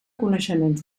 coneixements